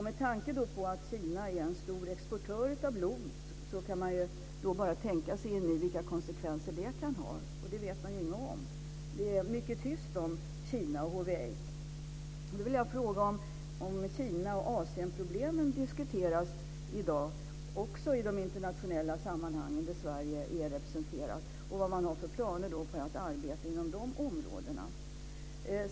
Med tanke på att Kina är en stor exportör av blod kan man föreställa sig vilka konsekvenser det kan ha. Det vet man ingenting om. Det är mycket tyst om Kina och hiv/aids. Jag vill fråga om Kina och Asienproblemen diskuteras i dag också i de internationella sammanhang där Sverige är representerat och vad man har för planer för att arbeta inom de områdena.